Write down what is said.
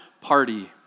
party